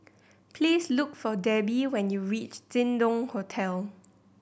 please look for Debbie when you reach Jin Dong Hotel